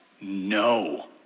No